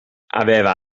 aveva